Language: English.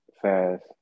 fast